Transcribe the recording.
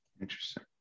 Interesting